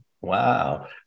Wow